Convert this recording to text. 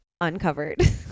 Uncovered